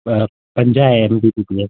अ पंजाह आहे M B B P S